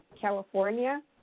California